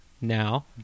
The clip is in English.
Now